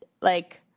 like-